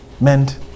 meant